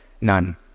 None